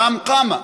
קם, קמא,